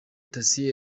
thacien